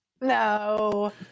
No